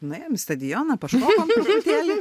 nuėjom į stadioną pašokom truputėlį